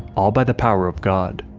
all by the power of god.